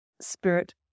spirit